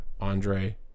Andre